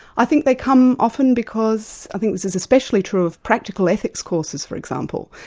i think they come often because i think this is especially true of practical ethics courses for example,